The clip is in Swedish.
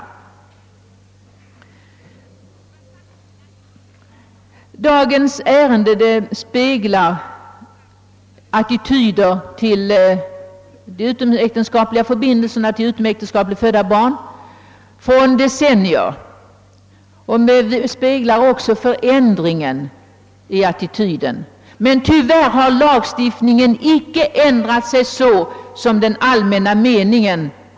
Dagens ärende speglar attityder till utomäktenskapliga förbindelser och utomäktenskapligt födda barn från decennier tillbaka, och det speglar också förändringen i attityden. Tyvärr har emellertid lagstiftningen icke ändrats så som den allmänna meningen.